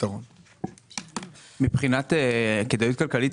מבחינת כדאיות כלכלית,